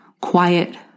quiet